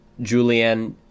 Julianne